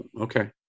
Okay